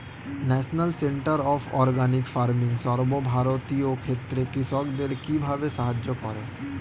National centre of organic farming সর্বভারতীয় ক্ষেত্রে কৃষকদের কিভাবে সাহায্য করে?